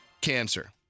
cancer